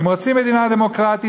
אם רוצים מדינה דמוקרטית,